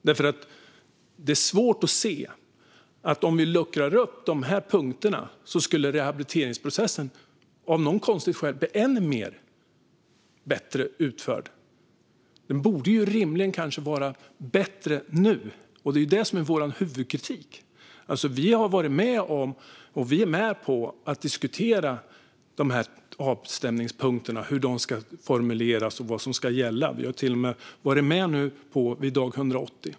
Det är svårt att se att rehabiliteringsprocessen av något konstigt skäl skulle bli ännu bättre av att vi luckrar upp dessa punkter. Den borde kanske rimligen vara bättre nu. Det är detta som är vår huvudkritik. Vi har varit och vi är med på att diskutera hur avstämningspunkterna ska formuleras och vad som ska gälla. Vi har till och med varit med på dag 180.